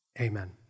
Amen